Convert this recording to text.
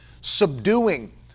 Subduing